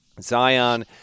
Zion